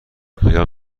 آیا